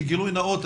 גילוי נאות,